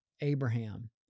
Abraham